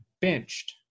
benched